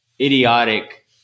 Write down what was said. idiotic